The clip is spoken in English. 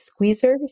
squeezers